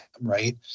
right